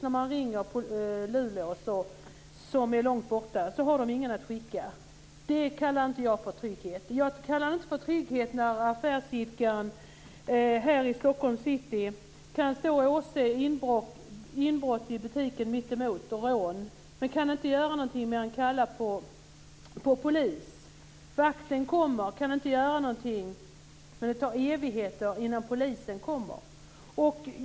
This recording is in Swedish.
När han ringer till Luleå, som är långt borta, har de ingen att skicka. Det kallar jag inte trygghet. Jag kallar det inte trygghet när affärsidkaren här i Stockholms city står och ser ett inbrott eller rån i butiken mittemot, kan inte göra någonting mer än att kalla på polis och vakten kommer men kan inte göra någonting. Det tar evigheter innan polisen kommer.